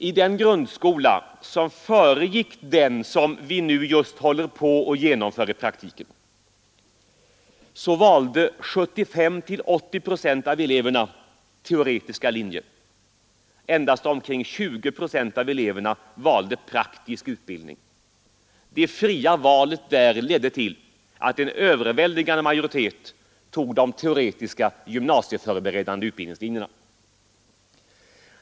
I den grundskola som föregick den som vi nu just håller på att genomföra i praktiken valde 75—80 procent av eleverna teoretiska linjer. Endast omkring 20 procent av eleverna valde praktisk utbildning. Det fria valet ledde till att en överväldigande majoritet tog de teoretiska gymnasieförberedande utbildningslinjerna.